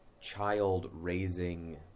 child-raising